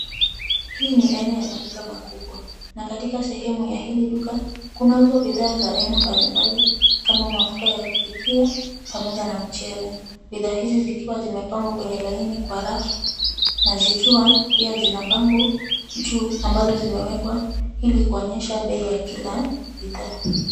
Hii ni aina ya maduka makubwa na katika sehemu ya hili duka, kunazo bidhaa za aina mbali mbali kama mafuta ya kupikia pamoja na mchele. Bidhaa hizi zikiwa zimepangwa kwenye laini kwa rafu na zikiwa pia zina bango juu ambazo zimewekwa ili kuonyesha bei ya kila bidhaa.